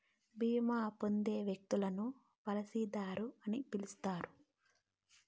బీమా పొందే వ్యక్తిని పాలసీదారు అని పిలుస్తారు